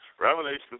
Revelation